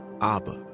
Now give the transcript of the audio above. Abba